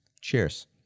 Cheers